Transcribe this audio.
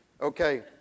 Okay